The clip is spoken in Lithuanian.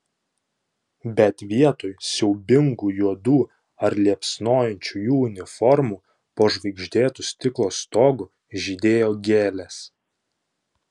bet vietoj siaubingų juodų ar liepsnojančių jų uniformų po žvaigždėtu stiklo stogu žydėjo gėlės